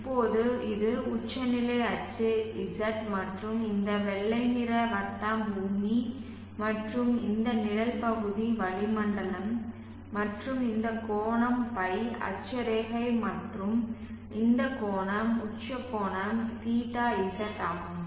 இப்போது இது உச்சநிலை அச்சு Z மற்றும் இந்த வெள்ளை நிற வட்டம் பூமி மற்றும் இந்த நிழல் பகுதி வளிமண்டலம் மற்றும் இந்த கோணம் φ அட்சரேகை மற்றும் இந்த கோணம் உச்ச கோணம் θz ஆகும்